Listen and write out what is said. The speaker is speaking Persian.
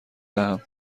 دهم